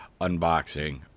unboxing